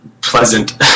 pleasant